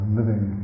living